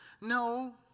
No